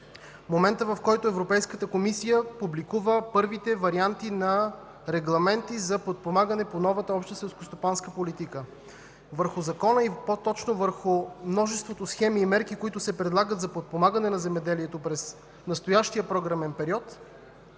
моментът, в който Европейската комисия публикува първите варианти на регламенти за подпомагане по новата Обща селскостопанска политика. Върху закона, по-точно върху множеството схеми и мерки, които се предлагат за подпомагане на земеделието през настоящия програмен период,